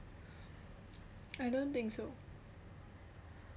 I don't think so